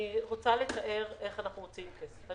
אני רוצה לתאר איך אנחנו מוציאים כסף.